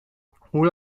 hoe